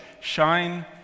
shine